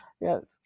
Yes